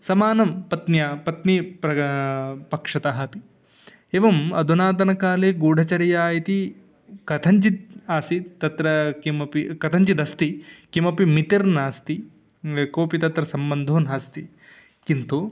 समानं पत्न्यां पत्नी प्रगा पक्षतः अपि एवम् अधुनातनकाले गूढचर्या इति कथञ्चित् आसीत् तत्र किमपि कथञ्चिदस्ति किमपि मितिर्नास्ति कोपि तत्र सम्बन्धो नास्ति किन्तु